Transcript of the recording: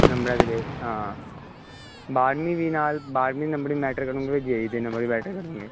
ਨੰਬਰਾਂ ਦੇ ਬੇਸ ਹਾਂ ਬਾਰਵੀਂ ਵੀ ਨਾਲ ਬਾਰਵੀਂ ਨੰਬਰ ਵੀ ਮੈਟਰ ਕਰੂੰਗੇ ਅਤੇ ਜੇ ਈ ਦੇ ਨੰਬਰ ਵੀ ਮੈਟਰ ਕਰੂੰਗੇ